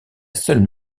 seule